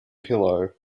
pillow